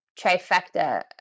trifecta